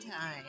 time